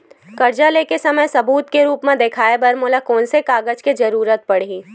कर्जा ले के समय सबूत के रूप मा देखाय बर मोला कोन कोन से कागज के जरुरत पड़ही?